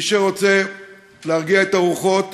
מי שרוצה להרגיע את הרוחות,